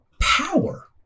power